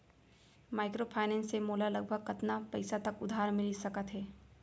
Microfinance से मोला लगभग कतना पइसा तक उधार मिलिस सकत हे?